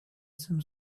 some